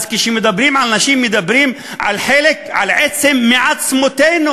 אז כשמדברים על נשים מדברים על עצם מעצמותינו